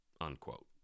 unquote